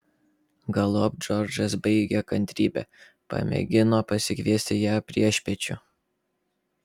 galop džordžas baigė kantrybę pamėgino pasikviesti ją priešpiečių